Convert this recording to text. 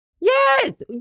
Yes